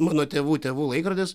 mano tėvų tėvų laikrodis